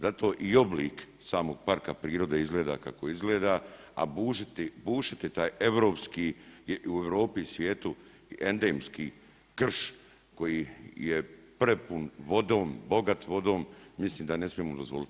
Zato i oblik samog parka prirode izgleda kako izgleda, a bušiti taj europski, u Europi i svijetu endemski krš koji je prepun vodom, bogat vodom, mislim da ne smijemo dozvoliti.